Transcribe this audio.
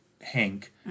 Hank